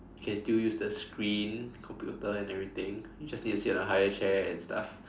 can still use the screen computer and everything you just need to sit on a higher chair and stuff